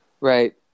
Right